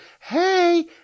Hey